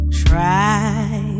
try